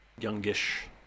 Youngish